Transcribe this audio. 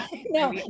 No